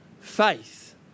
faith